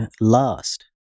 last